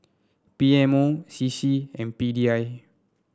P M O C C and P D I